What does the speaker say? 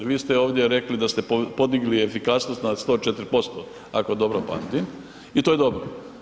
Vi ste ovdje rekli da ste podigli efikasnost na 104%, ako dobro pamtim i to je dobro.